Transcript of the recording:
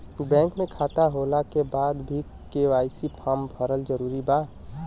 Bank में खाता होला के बाद भी के.वाइ.सी फार्म भरल जरूरी बा का?